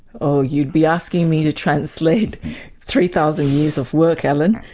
oh you'd be asking me to translate three thousand years of work alan.